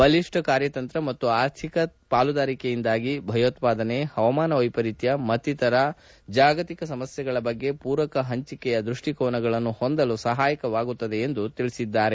ಬಲಿಷ್ಣ ಕಾರ್ನತಂತ್ರ ಮತ್ತು ಆರ್ಥಿಕ ಪಾಲುದಾರಿಕೆಯಿಂದಾಗಿ ಭಯೋತ್ಸಾದನೆ ಹವಾಮಾನ ವೈಪರೀತ್ಯ ಮತ್ತಿತರ ಜಾಗತಿಕ ಸಮಸ್ಯೆಗಳ ಬಗ್ಗೆ ಪೂರಕ ಹಂಚಿಕೆಯ ದೃಷ್ಷಿಕೋನಗಳನ್ನು ಹೊಂದಲು ಸಹಾಯಕವಾಗುತ್ತದೆ ಎಂದಿದ್ದರು